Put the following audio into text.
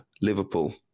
Liverpool